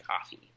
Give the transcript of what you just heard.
coffee